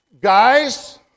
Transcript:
guys